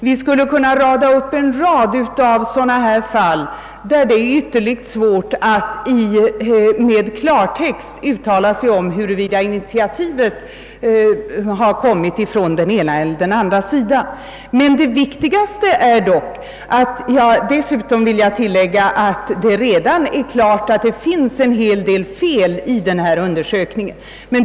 Vi skulle kunna rada upp en hel mängd sådana fall, där det är ytterligt svårt att i klartext uttala sig om huruvida initiativet har tagits från det ena eller det andra hållet. Dessutom vill jag tillägga att det redan har klarlagts att det finns en hel del fel i den aktuella undersökningen.